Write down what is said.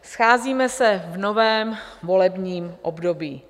Scházíme se v novém volebním období.